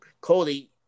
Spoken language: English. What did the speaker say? Cody